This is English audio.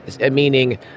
Meaning